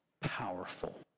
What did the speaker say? powerful